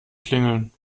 klingeln